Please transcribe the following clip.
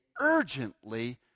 urgently